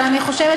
אבל אני חושבת,